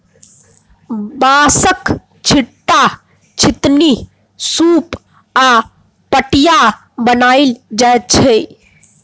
बाँसक, छीट्टा, छितनी, सुप आ पटिया बनाएल जाइ छै